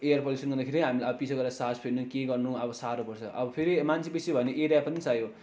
air pollution गर्दाखेरि पिछे गएर हामीलाई सास फेर्ने के गर्नु अब साह्रो पर्छ अब फेरि मान्छे बेसी भयो भने एरिया पनि चाहियो